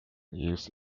use